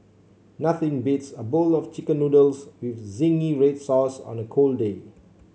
nothing beats a bowl of chicken noodles with zingy red sauce on a cold day